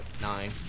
nine